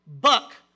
buck